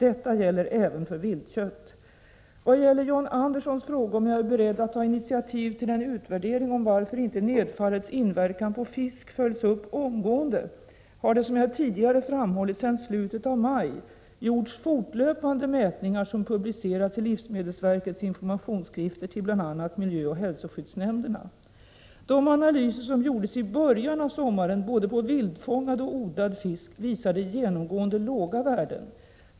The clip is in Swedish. Detta gäller även för viltkött. Vad gäller John Anderssons fråga om jag är beredd att ta initiativ till en utvärdering om varför inte nedfallets inverkan på fisk följs upp omgående har det, som jag tidigare framhållit, sedan slutet av maj gjorts fortlöpande mätningar som publicerats i livsmedelsverkets informationsskrifter till bl.a. miljöoch hälsoskyddsnämnderna, De analyser som gjordes i början av sommaren på både vildfångad och odlad fisk visade genomgående låga värden.